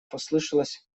послышалось